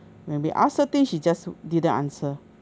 when we ask her thing she just didn't answer